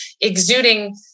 exuding